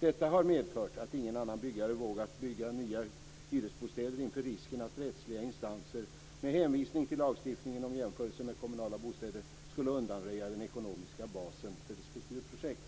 Detta har medfört att ingen annan byggare vågat bygga nya hyresbostäder inför risken att rättsliga instanser, med hänvisning till lagstiftningen om jämförelse med kommunala bostäder, skulle undanröja den ekonomiska basen för respektive projekt.